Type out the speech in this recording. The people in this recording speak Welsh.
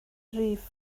rif